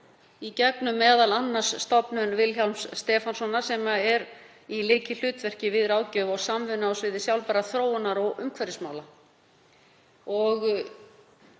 í gegnum Stofnun Vilhjálms Stefánssonar sem er í lykilhlutverki við ráðgjöf og samvinnu á sviði sjálfbærrar þróunar og umhverfismála.